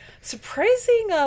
surprising